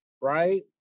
right